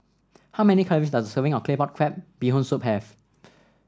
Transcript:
how many calories does a serving of Claypot Crab Bee Hoon Soup have